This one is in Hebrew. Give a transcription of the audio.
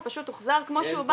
הוא פשוט הוחזר כמו שהוא בא,